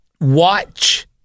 watch